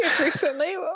recently